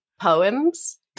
poems